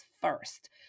first